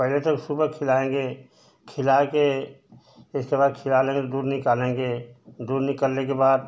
पहले तो सुबह खिलाएँगे खिलाकर इसके बाद खिला लेंगे तो दूध निकालेंगे दूध निकलने के बाद